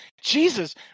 Jesus